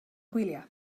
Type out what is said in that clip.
gwyliau